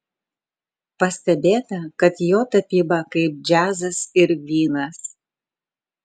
pastebėta kad jo tapyba kaip džiazas ir vynas